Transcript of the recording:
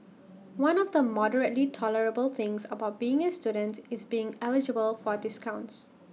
one of the moderately tolerable things about being A students is being eligible for discounts